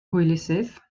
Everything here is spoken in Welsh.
hwylusydd